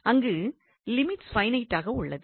அங்கு லிமிட்ஸ் பைனைட்டாக உள்ளது